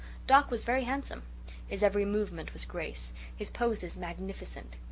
doc was very handsome his every movement was grace his poses magnificent.